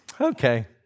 Okay